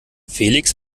felix